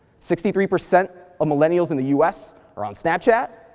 sixty three percent of millennials in the us are on snapchat.